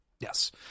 Yes